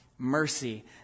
Mercy